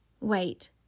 wait